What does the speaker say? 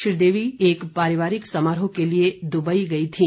श्रीदेवी एक पारिवारिक समारोह के लिए दुबई गई थीं